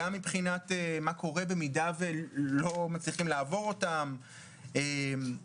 וגם מבחינת מה קורה במידה ולא מצליחים לעבור אותם וכולי.